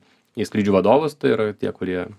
į skrydžių vadovus tai yra tie kurie